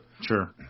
Sure